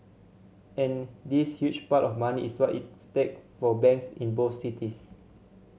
and this huge pile of money is what is stake for banks in both cities